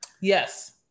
Yes